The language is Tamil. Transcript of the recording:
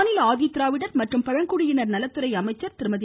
மாநில ஆதிதிராவிடர் மற்றும் பழங்குடியினர் நலத்துறை அமைச்சர் திருமதி